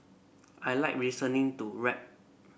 I like listening to rap